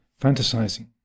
fantasizing